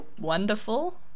wonderful